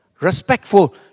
Respectful